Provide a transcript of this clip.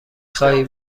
خواهی